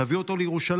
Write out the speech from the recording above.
תביאו אותו לירושלים.